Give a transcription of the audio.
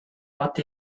what